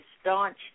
staunch